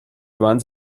gewann